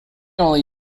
only